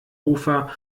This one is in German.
hofer